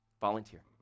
volunteer